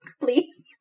please